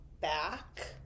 back